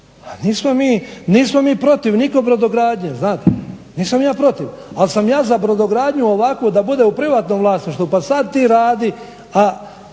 nismo mi protiv nitko brodogradnje, znate, nisam ja protiv ali sam ja za brodogradnju ovako da bude u privatnom vlasništvu pa sad ti radi